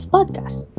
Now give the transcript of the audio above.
Podcast